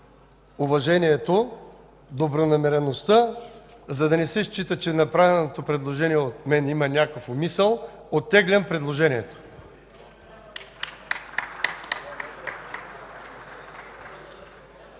уважението, добронамереността, за да не се счита, че направеното предложение от мен има някакъв умисъл, го оттеглям. (Частични